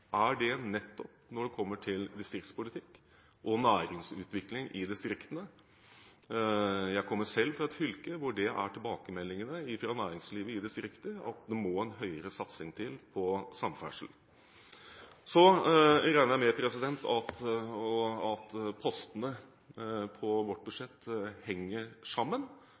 er det nettopp når en kommer til distriktspolitikk og næringsutvikling i distriktene. Jeg kommer selv fra et fylke hvor det er tilbakemeldingene fra næringslivet i distriktene, at det må en høyere satsing til på samferdsel. Så regner jeg med at postene på vårt budsjett henger sammen.